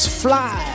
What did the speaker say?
fly